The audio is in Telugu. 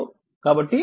కాబట్టి 10 e 2